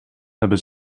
hebben